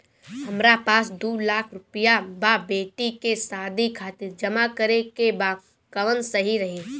हमरा पास दू लाख रुपया बा बेटी के शादी खातिर जमा करे के बा कवन सही रही?